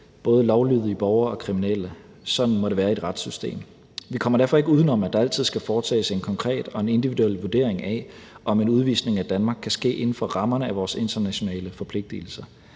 både lovlydige borgere og kriminelle. Sådan må det være i et retssystem. Vi kommer derfor ikke uden om, at der altid skal foretages en konkret og individuel vurdering af, om en udvisning af Danmark kan ske inden for rammerne af vores internationale forpligtigelser.